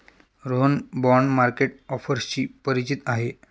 Rohan bond market ऑफर्सशी परिचित आहे